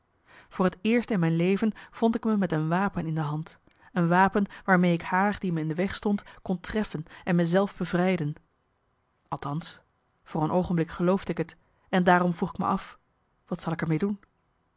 voor t eerst in mijn leven vond ik me met een wapen in de hand een wapen waarmee ik haar die me in de weg stond kon treffen en me zelf bevrijden althans voor een oogenblik geloofde ik t en daarom vroeg ik me af wat zal ik er mee doen